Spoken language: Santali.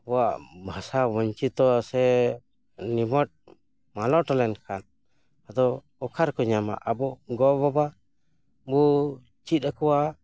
ᱟᱵᱚᱣᱟᱜ ᱵᱷᱟᱥᱟ ᱵᱚᱧᱪᱤᱛᱚ ᱥᱮ ᱱᱤᱢᱟᱴ ᱢᱟᱞᱚᱴ ᱞᱮᱱᱠᱷᱟᱱ ᱟᱫᱚ ᱚᱠᱟᱨᱮᱠᱚ ᱧᱟᱢᱟ ᱟᱵᱚ ᱜᱚᱼᱵᱟᱵᱟ ᱵᱚ ᱪᱮᱫ ᱟᱠᱚᱣᱟ